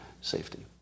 safety